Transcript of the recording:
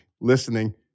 listening